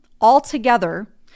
altogether